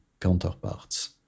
counterparts